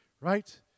right